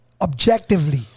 objectively